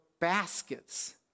baskets